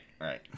right